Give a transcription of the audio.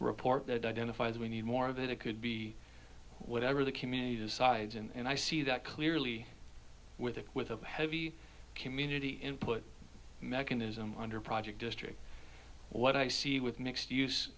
report that identifies we need more of it it could be whatever the community decides and i see that clearly with the with of heavy community input mechanism under project district what i see with mixed use